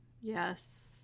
Yes